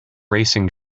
racing